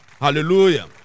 Hallelujah